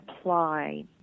apply